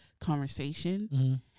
conversation